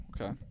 Okay